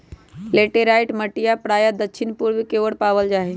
laterite मटिया प्रायः दक्षिण पूर्व के ओर पावल जाहई